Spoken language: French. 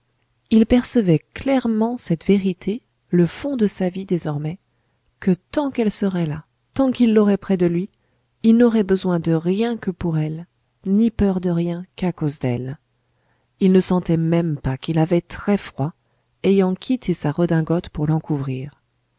il percevait clairement cette vérité le fond de sa vie désormais que tant qu'elle serait là tant qu'il l'aurait près de lui il n'aurait besoin de rien que pour elle ni peur de rien qu'à cause d'elle il ne sentait même pas qu'il avait très froid ayant quitté sa redingote pour